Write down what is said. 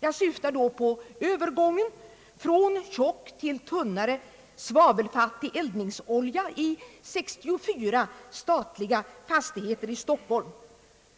Jag syftar här på övergången från tjock till tunnare, svavelfattig eldningsolja i 64 statliga fastigheter i Stockholm.